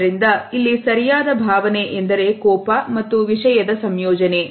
ಆದ್ದರಿಂದ ಇಲ್ಲಿ ಸರಿಯಾದ ಭಾವನೆ ಎಂದರೆ ಕೋಪ ಮತ್ತು ವಿಷಯದ ಸಂಯೋಜನೆ